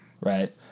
right